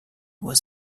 was